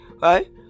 right